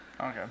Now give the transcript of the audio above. Okay